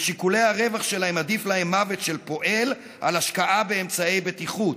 בשיקולי הרווח שלהם עדיף להם מוות של פועל על השקעה באמצעי בטיחות.